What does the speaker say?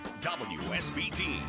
WSBT